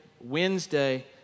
Wednesday